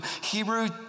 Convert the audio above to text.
Hebrew